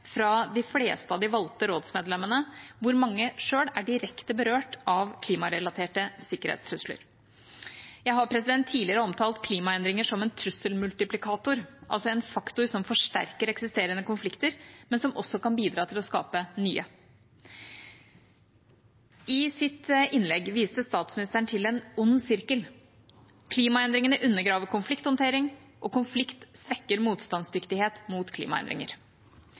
fra de fleste av de valgte rådsmedlemmene. Mange av dem er selv direkte berørt av klimarelaterte sikkerhetstrusler. Jeg har tidligere omtalt klimaendringer som en trusselmultiplikator, altså en faktor som forsterker eksisterende konflikter, men som også kan bidra til å skape nye. I sitt innlegg viste statsministeren til en ond sirkel: Klimaendringene undergraver konflikthåndtering, og konflikt svekker motstandsdyktighet mot klimaendringer.